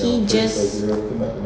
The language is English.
he just